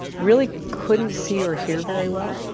really couldn't see or hear very well.